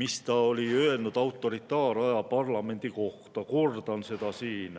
mis ta oli öelnud autoritaaraja parlamendi kohta. Kordan seda siin: